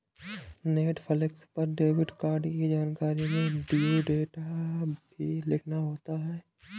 Netflix पर debit card की जानकारी में ड्यू डेट भी लिखना होता है